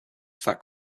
fact